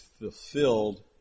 fulfilled